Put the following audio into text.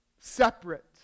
separate